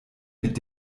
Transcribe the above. mit